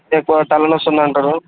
రేపు తలనొస్తుందంటారు